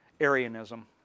Arianism